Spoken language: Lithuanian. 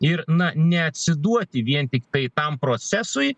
ir na neatsiduoti vien tiktai tam procesui